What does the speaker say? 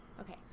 Okay